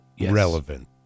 relevant